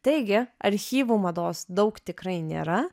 taigi archyvų mados daug tikrai nėra